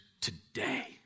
today